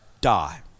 die